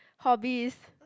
hobbies